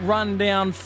Rundown